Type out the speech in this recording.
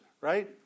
right